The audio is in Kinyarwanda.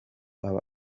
aba